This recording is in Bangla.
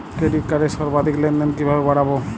ক্রেডিট কার্ডের সর্বাধিক লেনদেন কিভাবে বাড়াবো?